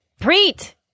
Preet